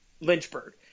Lynchburg